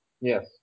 Yes